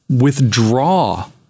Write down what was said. withdraw